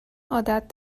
عادت